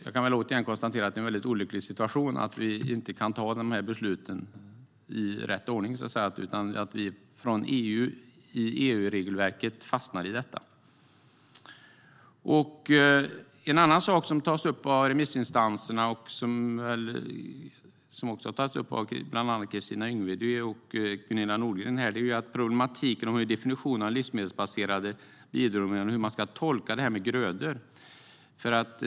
Jag kan återigen konstatera att det är en mycket olycklig situation att vi inte kan ta dessa beslut i så att säga rätt ordning utan fastnar i EU-regelverket. En annan sak som tas upp av remissinstanserna, och som har tagits upp här av bland andra Kristina Yngwe och Gunilla Nordgren, är problematiken med definitionen av livsmedelsbaserade biodrivmedel och hur man ska tolka detta med grödor.